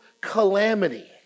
calamity